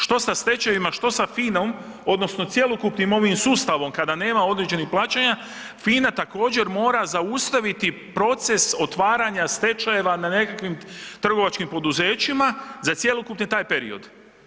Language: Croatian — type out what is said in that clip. Što sa stečajevima, što sa FINA-om odnosno cjelokupnim ovim sustavom kada nema određenih plaćanja, FINA također, mora zaustaviti proces otvaranja stečajeva na nekakvim trgovačkim poduzećima za cjelokupni taj period.